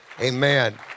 Amen